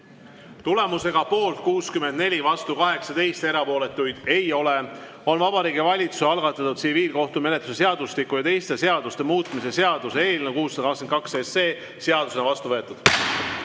Tulemusega poolt 64, vastu 18, erapooletuid ei ole, on Vabariigi Valitsuse algatatud tsiviilkohtumenetluse seadustiku ja teiste seaduste muutmise seaduse eelnõu 622 seadusena vastu võetud.